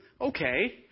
Okay